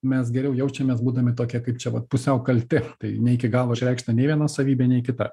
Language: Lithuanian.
mes geriau jaučiamės būdami tokie kaip čia vat pusiau kalti tai ne iki galo išreikšta nei viena savybė nei kita